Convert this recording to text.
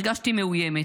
הרגשתי מאוימת.